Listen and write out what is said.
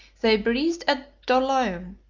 they breathed at dorylaeum,